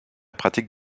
pratique